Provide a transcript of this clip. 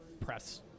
press